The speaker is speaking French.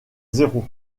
zéro